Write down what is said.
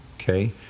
Okay